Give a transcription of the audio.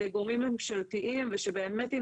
יחסית גדול מבין אותם מרכזים בודדים שבהם הפעולה הזאת